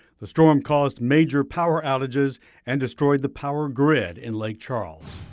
the storm caused major power outages and destroyed the power grid in lake charles.